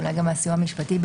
אולי גם מהסיוע המשפטי,